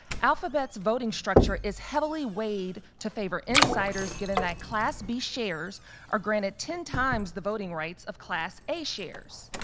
alphabet's voting structure is heavily weighed to favor insiders, given that class b shares are granted ten times the voting rights of class a shares.